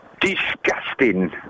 Disgusting